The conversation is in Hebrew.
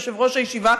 יושב-ראש הישיבה,